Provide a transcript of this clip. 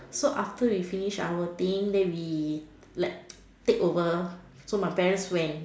so after we finish our thing then we like take over so my parents went